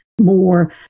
more